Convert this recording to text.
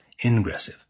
ingressive